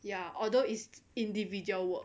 ya although it's individual work